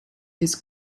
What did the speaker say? his